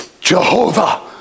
Jehovah